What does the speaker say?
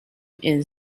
and